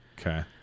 Okay